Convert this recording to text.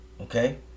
Okay